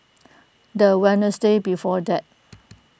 the Wednesday before that